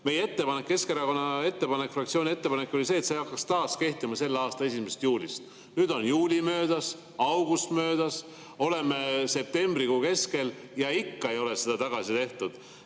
Meie ettepanek, Keskerakonna ettepanek, fraktsiooni ettepanek oli see, et see hakkaks taas kehtima selle aasta 1. juulist. Nüüd on juuli möödas, august möödas, oleme septembrikuu keskel ja ikka ei ole seda tehtud.